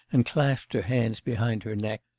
and clasped her hands behind her neck,